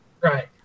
Right